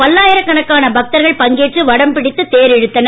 பல்லாயிரக் கணக்கான பக்தர்கள் பங்கேற்று வடம் பிடித்து தேர் இழுத்தனர்